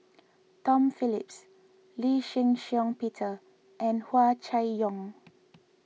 Tom Phillips Lee Shih Shiong Peter and Hua Chai Yong